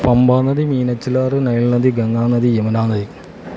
പമ്പാനദി മീനച്ചിലാർ നൈൽനദി ഗംഗാനദി യമുനാനദി